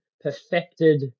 perfected